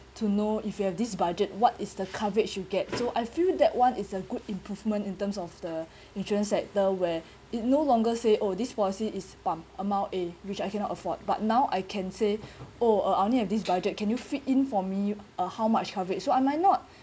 to know if you have this budget what is the coverage you get so I feel that one is a good improvement in terms of the insurance sector where it no longer say oh this policy is amount A which I cannot afford but now I can say oh I only have this budget can you fit in for me uh how much coverage so I might not